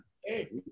Hey